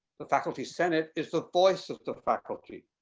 the faculty senate is the voice of the faculty.